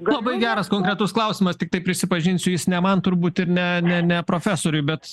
labai geras konkretus klausimas tiktai prisipažinsiu jis ne man turbūt ir ne ne ne profesoriui bet